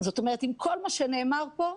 זאת אומרת עם כל מה שנאמר פה,